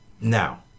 Now